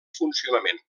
funcionament